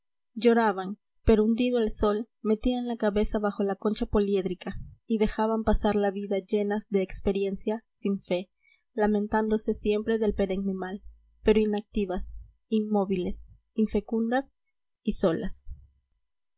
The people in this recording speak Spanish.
lloraban pero hundido el sol metían la cabeza bajo la concha poliédrica y dejaban pasar la vida llenas de experiencia sin fe lamentándose siempre del perenne mal pero inactivas inmóviles infecundas y solas